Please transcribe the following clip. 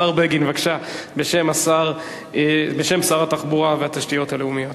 השר בגין, בשם שר התחבורה והתשתיות הלאומית,